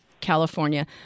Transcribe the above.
California